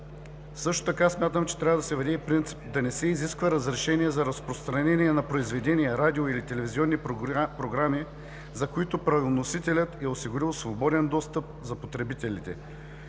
Също така смятам, че трябва да се въведе и принцип да не се изисква разрешение за разпространение на произведения, радио- или телевизионни програми, за които правоносителят е осигурил свободен достъп за потребителите.